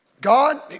God